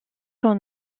son